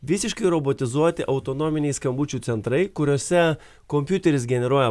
visiškai robotizuoti autonominiai skambučių centrai kuriuose kompiuteris generuoja